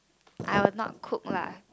I would not cook lah